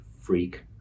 freak